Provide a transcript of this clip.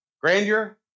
Grandeur